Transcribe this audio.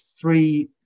three